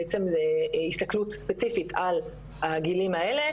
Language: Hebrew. בעצם זו הסתכלות ספציפית על הגילים האלה.